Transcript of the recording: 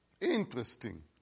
Interesting